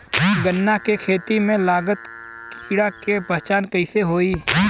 गन्ना के खेती में लागल कीड़ा के पहचान कैसे होयी?